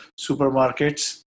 supermarkets